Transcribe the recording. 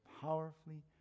powerfully